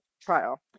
trial